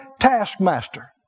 taskmaster